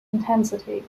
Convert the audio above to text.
intensity